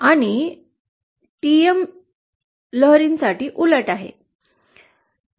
आणि टीएम लहरी उलट आहेत